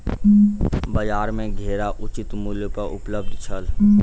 बजार में घेरा उचित मूल्य पर उपलब्ध छल